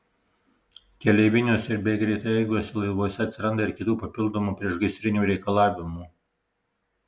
keleiviniuose bei greitaeigiuose laivuose atsiranda ir kitų papildomų priešgaisrinių reikalavimų